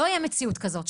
לא תהיה מציאות כזאת,